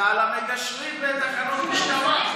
ועל המגשרים בתחנות משטרה.